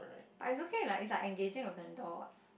but it's okay like it's engaging a vendor what